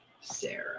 Sarah